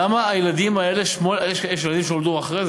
למה הילדים האלה שמונה יש ילדים שנולדו אחרי זה,